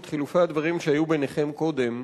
את חילופי הדברים שהיו ביניכם קודם,